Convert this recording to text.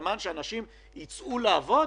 הן למען זה שאנשים יצאו לעבוד,